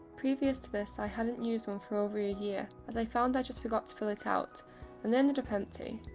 previous to this i hadn't used one for over a year as i found i just forgot to fill it out and they ended up empty.